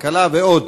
הכלכלה ועוד.